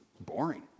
boring